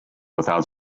without